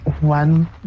One